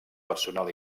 personal